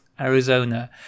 arizona